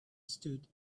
stood